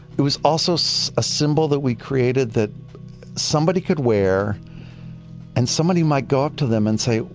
it was also so a symbol that we created that somebody could wear and somebody might go up to them and say,